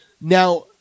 Now –